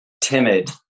timid